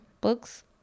books